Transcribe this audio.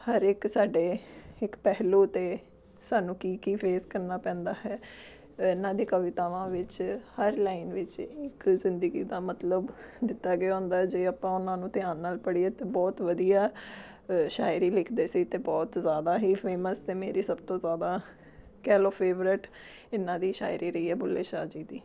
ਹਰ ਇੱਕ ਸਾਡੇ ਇੱਕ ਪਹਿਲੂ 'ਤੇ ਸਾਨੂੰ ਕੀ ਕੀ ਫੇਸ ਕਰਨਾ ਪੈਂਦਾ ਹੈ ਇਹਨਾਂ ਦੀ ਕਵਿਤਾਵਾਂ ਵਿੱਚ ਹਰ ਲਾਈਨ ਵਿੱਚ ਇੱਕ ਜ਼ਿੰਦਗੀ ਦਾ ਮਤਲਬ ਦਿੱਤਾ ਗਿਆ ਹੁੰਦਾ ਹੈ ਜੇ ਆਪਾਂ ਉਹਨਾਂ ਨੂੰ ਧਿਆਨ ਨਾਲ ਪੜ੍ਹੀਏ ਤਾਂ ਬਹੁਤ ਵਧੀਆ ਸ਼ਾਇਰੀ ਲਿਖਦੇ ਸੀ ਅਤੇ ਬਹੁਤ ਜ਼ਿਆਦਾ ਹੀ ਫੇਮਸ ਅਤੇ ਮੇਰੀ ਸਭ ਤੋਂ ਜ਼ਿਆਦਾ ਕਹਿ ਲਓ ਫੇਵਰੇਟ ਇਹਨਾਂ ਦੀ ਸ਼ਾਇਰੀ ਰਹੀ ਹੈ ਬੁੱਲੇ ਸ਼ਾਹ ਜੀ ਦੀ